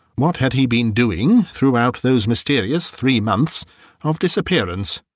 what had he been doing throughout those mysterious three months of disappearance?